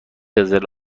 قزل